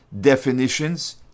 definitions